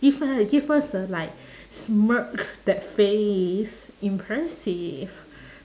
give her give her s~ like smirk that face impressive